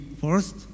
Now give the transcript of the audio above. first